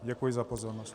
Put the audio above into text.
Děkuji za pozornost.